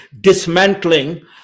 dismantling